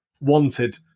wanted